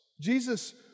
Jesus